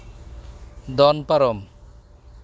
ᱫᱚᱱ ᱯᱟᱨᱚᱢ